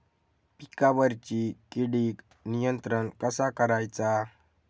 पिकावरची किडीक नियंत्रण कसा करायचा?